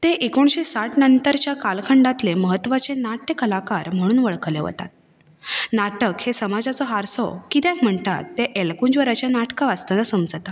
तें एकुणीशें साठ नंतरच्या काळखंडांतलें म्हत्वाचें नाट्य कलाकार म्हणून वळखतात नाटक हें समाजाचो हारसो कित्याक म्हणटात तें एलकुंचवराचीं नाटकां वाचतना समजता